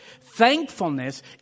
Thankfulness